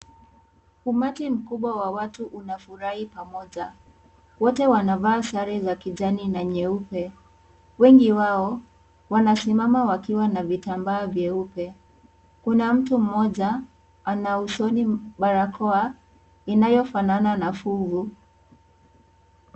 Umati mkubwa wa watu unafurahi pamoja. Wote wanavaa sare za kijani na nyeupe. Wengi wao wanasimama wakiwa na vitambaa vyeupe. Kuna mtu mmoja, ana usoni barakoa inayofanana na fugo.